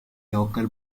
local